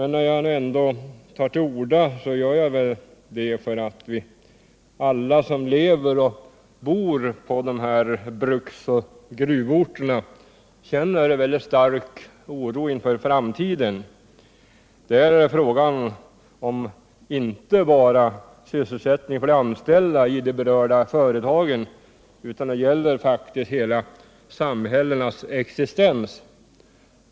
När jag ändå tar till orda, gör jag det därför att alla som lever och bor på dessa bruksoch gruvorter känner en stark oro inför framtiden. Här gäller frågan inte bara sysselsättning för de anställda i de berörda företagen, utan den gäller faktiskt hela samhällens existens.